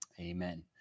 amen